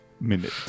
minute